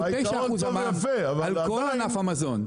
הוא 9% מע"מ על כל ענף המזון.